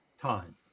Time